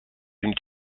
d’une